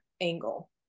angle